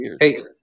hey